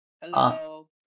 Hello